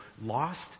Lost